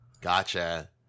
gotcha